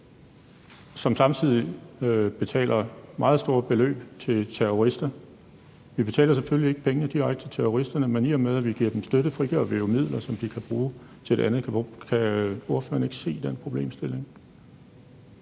som samtidig betaler meget store beløb til terrorister? Vi betaler selvfølgelig ikke pengene direkte til terroristerne, men i og med at vi giver dem støtte, frigør vi jo midler, som de kan bruge til noget andet. Kan ordføreren ikke se den problemstilling?